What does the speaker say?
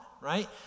right